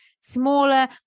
smaller